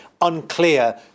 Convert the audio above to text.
unclear